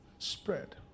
spread